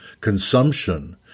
consumption